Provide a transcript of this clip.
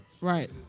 Right